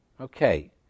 Okay